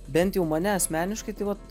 bent jau mane asmeniškai tai vat